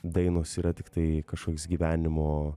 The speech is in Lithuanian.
dainos yra tiktai kažkoks gyvenimo